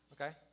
Okay